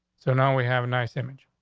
so now we have a nice image,